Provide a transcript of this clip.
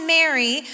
Mary